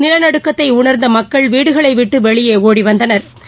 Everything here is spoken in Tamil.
நிலநடுக்கத்தைஉணா்ந்தமக்கள் வீடுகளைவிட்டுவெளியேஒடிவந்தனா்